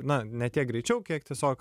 na ne tiek greičiau kiek tiesiog